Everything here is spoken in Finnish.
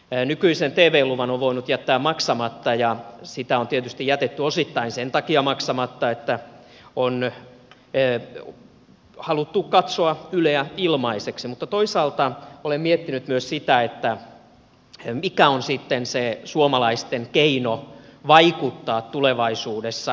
nykyisen tv luvan on voinut jättää maksamatta ja sitä on tietysti jätetty osittain sen takia maksamatta että on haluttu katsoa yleä ilmaiseksi mutta toisaalta olen miettinyt myös sitä mikä on sitten se suomalaisten keino vaikuttaa tulevaisuudessa